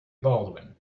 baldwin